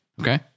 Okay